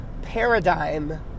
paradigm